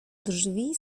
drzwi